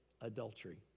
adultery